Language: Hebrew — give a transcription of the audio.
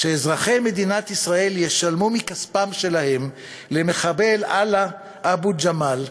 שאזרחי מדינת ישראל ישלמו מכספם שלהם למחבל עלאא אבו-ג'מאל,